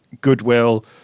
goodwill